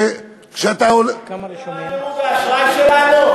אתה יודע מה דירוג האשראי שלנו?